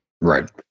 Right